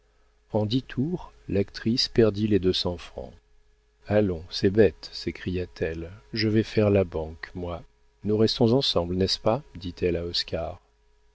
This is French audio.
en dix tours l'actrice perdit les deux cents francs allons c'est bête s'écria-t-elle je vais faire la banque moi nous restons ensemble n'est-ce pas dit-elle